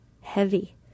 heavy